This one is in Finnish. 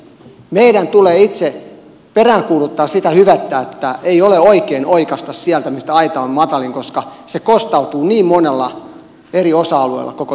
meidän tulee itse peräänkuuluttaa sitä hyvettä että ei ole oikein oikaista sieltä mistä aita on matalin koska se kostautuu niin monella eri osa alueella koko yhteiskunnassa